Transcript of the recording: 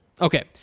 Okay